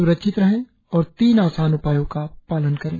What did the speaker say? स्रक्षित रहें और तीन आसान उपायों का पालन करें